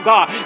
God